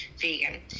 vegan